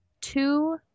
two